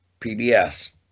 PBS